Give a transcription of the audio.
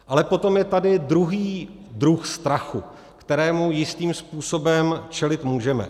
Ale potom je tady druhý druh strachu, kterému jistým způsobem čelit můžeme.